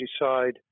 decide